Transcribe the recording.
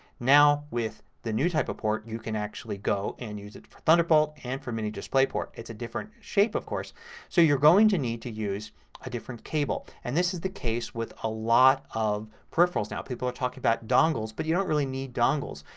now with the new type of port you can actually go and use it for thunderbolt and for mini display port. it's a different shape of course so you're going to need to use a different cable. and this is the case with a lot of peripherals now. people are talking about dongles but you don't really need dongles.